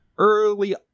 Early